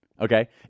Okay